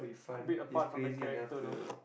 bit apart from the character though